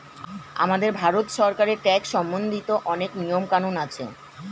আমাদের ভারত সরকারের ট্যাক্স সম্বন্ধিত অনেক নিয়ম কানুন আছে